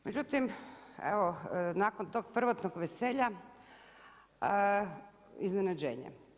Međutim, evo nakon tog prvotnog veselja, iznenađenje.